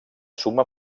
suma